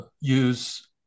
use